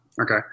Okay